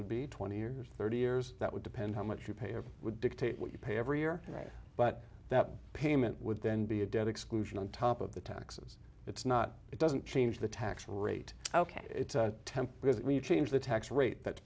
would be twenty years thirty years that would depend how much you pay or would dictate what you pay every year but that payment would then be a debt exclusion on top of the taxes it's not it doesn't change the tax rate ok it's temp because we've changed the tax rate